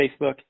Facebook